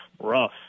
rough